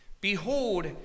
behold